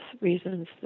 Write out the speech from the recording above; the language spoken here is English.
reasons